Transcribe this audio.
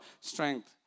strength